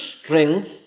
strength